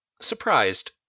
surprised